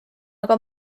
aga